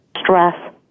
stress